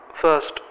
First